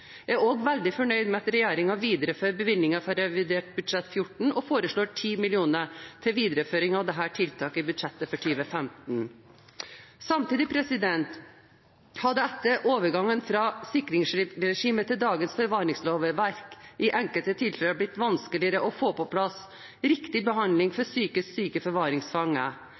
Jeg er også veldig fornøyd med at regjeringen viderefører bevilgningen fra revidert budsjett 2014 og foreslår 10 mill. kr til videreføring av dette tiltaket i budsjettet for 2015. Samtidig har det etter overgangen fra sikringsregimet til dagens forvaringslovverk i enkelte tilfeller blitt vanskeligere å få på plass riktig behandling for psykisk syke forvaringsfanger.